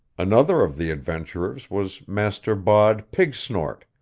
another of the adventurers was master bod pigsnort,